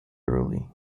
early